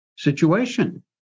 situation